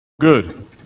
good